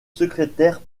secrétaire